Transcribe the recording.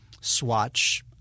swatch